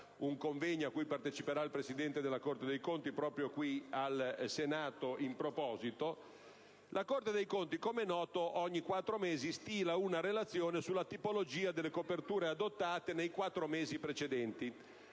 un convegno a cui parteciperà il presidente della Corte dei conti proprio qui al Senato in proposito). La Corte dei conti, com'è noto, ogni quattro mesi stila una relazione sulla tipologia delle coperture adottate nei quattro mesi precedenti.